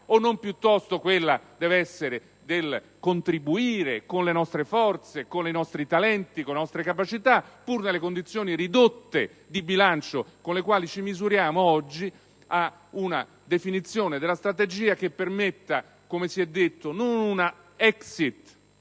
piuttosto, quella di contribuire - con le nostre forze, i nostri talenti e le nostre capacità, pur nelle condizioni ridotte di bilancio con le quali ci misuriamo oggi - a una definizione della strategia che permetta non una *exit